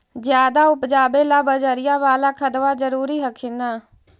ज्यादा उपजाबे ला बजरिया बाला खदबा जरूरी हखिन न?